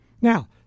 Now